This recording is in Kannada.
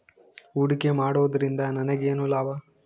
ಹೂಡಿಕೆ ಮಾಡುವುದರಿಂದ ನನಗೇನು ಲಾಭ?